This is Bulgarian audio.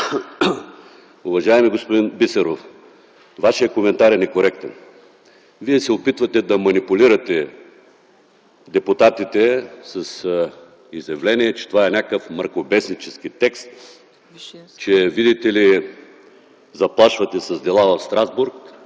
Уважаеми господин Бисеров, Вашият коментар е некоректен. Вие се опитвате да манипулирате депутатите с изявление, че това е някакъв мракобеснически текст, че, видите ли, заплашвате с дела в Страсбург.